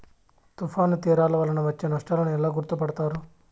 తుఫాను తీరాలు వలన వచ్చే నష్టాలను ఎలా గుర్తుపడతారు?